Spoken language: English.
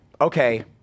okay